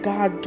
God